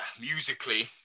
Musically